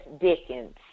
Dickens